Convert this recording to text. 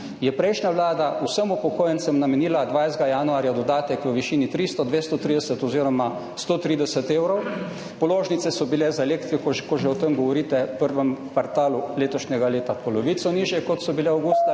prejšnja vlada vsem upokojencem namenila 20. januarja dodatek v višini 300, 230 oziroma 130 evrov. Položnice so bile za elektriko, ko že o tem govorite, v prvem kvartalu letošnjega leta polovico nižje, kot so bile avgusta